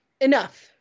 Enough